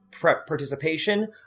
participation